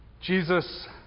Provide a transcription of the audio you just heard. Jesus